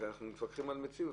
אנחנו מתווכחים על מציאות.